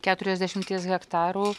keturiasdešimties hektarų